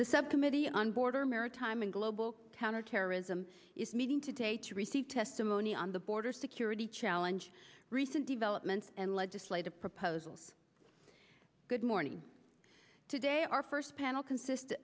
the subcommittee on border maritime and global towner terrorism is meeting today to receive testimony on the border security challenge recent developments and legislative proposals good morning today our first panel consist